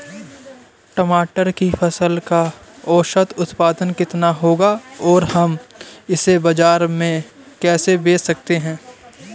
टमाटर की फसल का औसत उत्पादन कितना होगा और हम इसे बाजार में कैसे बेच सकते हैं?